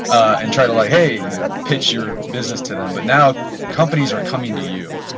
and try to like hey you know pitch your business to them, but now companies are coming to you,